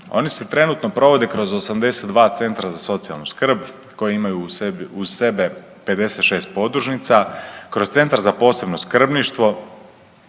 Oni se trenutno provode kroz 82 centra za socijalnu skrb koji imaju u sebi, uz sebe 56 podružnica, kroz centar za posebno skrbništvo,